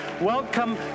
Welcome